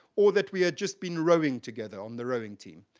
or that we had just been rowing together on the rowing team.